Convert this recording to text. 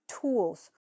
tools